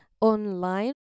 online